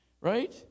right